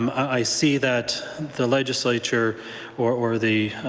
um i see that the legislature or or the